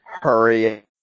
hurry